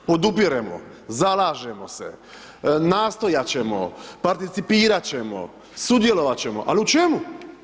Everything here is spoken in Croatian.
Podupiremo, zalažemo se, nastojat ćemo, participirat ćemo, sudjelovat ćemo, ali u čemu?